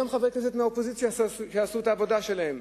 וגם חברי כנסת מהאופוזיציה עשו את העבודה שלהם,